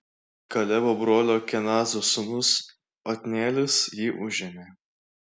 kalebo brolio kenazo sūnus otnielis jį užėmė